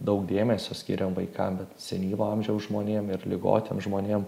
daug dėmesio skiriam vaikam bet senyvo amžiaus žmonėm ir ligotiem žmonėm